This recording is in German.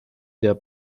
der